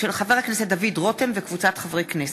עליזה